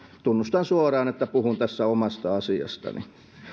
tunnustan suoraan että puhun tässä omasta asiastani